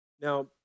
Now